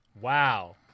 Wow